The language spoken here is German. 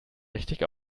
richtig